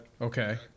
Okay